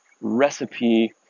recipe